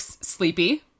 sleepy